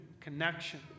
connection